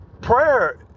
prayer